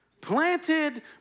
planted